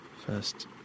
first